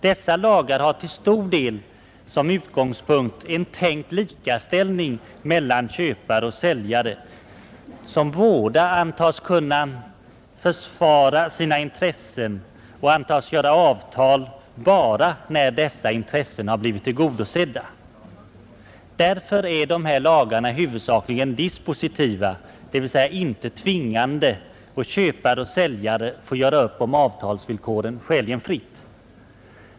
Dessa lagar har till stor del som utgångspunkt en tänkt likaställning mellan köpare och säljare, som båda antas kunna försvara sina intressen och göra avtal bara när deras intressen har blivit tillgodosedda. Därför är dessa lagar huvudsakligen dispositiva, dvs. inte tvingande, och köpare och säljare får göra upp om avtalsvillkoren skäligen fritt.